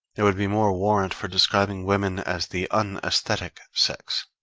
there would be more warrant for describing women as the un-aesthetic sex.